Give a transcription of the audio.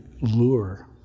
lure